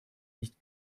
nicht